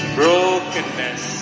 brokenness